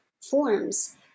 forms